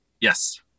Yes